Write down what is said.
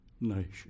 nation